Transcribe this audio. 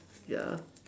ya